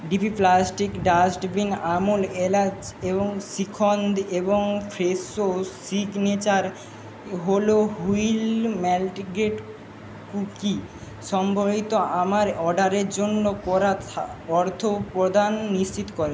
DP plastic dustbin Amul এলাচ এবং শ্রীখণ্ড এবং Fresho signature whole wheat multigrain cookie সম্বলিত আমার অর্ডারের জন্য করা অর্থপ্রদান নিশ্চিত করো